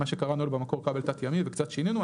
מה שקראנו לו במקור "כבל תת ימי" וקצת שינינו,